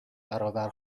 برابر